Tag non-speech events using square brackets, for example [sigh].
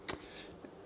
[noise]